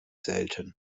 selten